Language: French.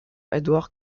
edward